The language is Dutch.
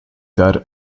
daar